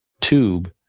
tube